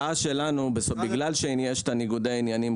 בגלל שיש ניגוד עניינים,